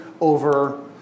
over